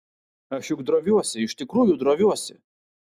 aš juk droviuosi iš tikrųjų droviuosi